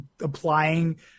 applying